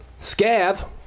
Scav